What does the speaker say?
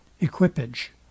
equipage